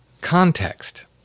Context